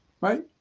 right